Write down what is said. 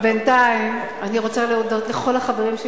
בינתיים אני רוצה להודות לכל החברים שלי